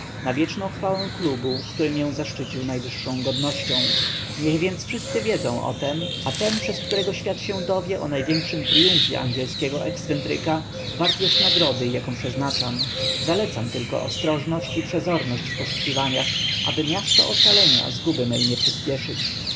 na wieczną chwałę klubu który mię zaszczycił najwyższą godnością niech więc wszyscy wiedzą o tem a ten przez kogo świat się dowie o największym tryumfie angielskiego ekscentryka wart jest nagrody jaką przeznaczam zalecam tylko ostrożność i przezorność w poszukiwaniach aby miasto ocalenia zguby mej nie przyśpieszyć